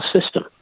system